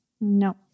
No